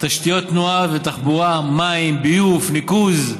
תשתיות תנועה ותחבורה, מים, ביוב, ניקוז,